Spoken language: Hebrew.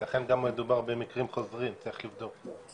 לכן גם מדובר במקרים חוזרים, צריך לבדוק את זה.